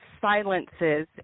silences